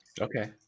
okay